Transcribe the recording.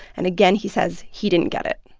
and again, he says he didn't get it.